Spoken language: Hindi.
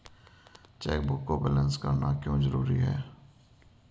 चेकबुक को बैलेंस करना क्यों जरूरी है?